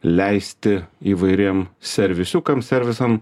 leisti įvairiem servisiukam servisam